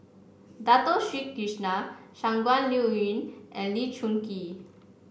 Dato Sri Krishna Shangguan Liuyun and Lee Choon Kee